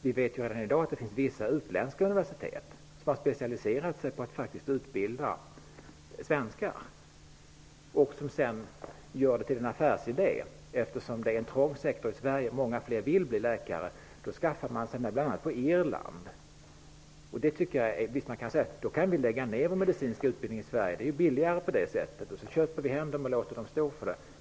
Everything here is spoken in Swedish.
Vi vet i dag att det finns vissa utländska universitet som specialiserat sig på att utbilda svenskar och som har gjort det till en affärsidé, eftersom det är en trång sektor i Sverige. Många fler vill bli läkare. Man skaffar sig bl.a. utbildning på Irland. Man skulle kunna säga: Vi kan lägga ner vår medicinska utbildning i Sverige. Det blir billigare på det sättet, och så köper vi hem utbildningen och låter andra stå för den.